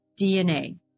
DNA